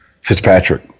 Fitzpatrick